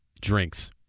drinks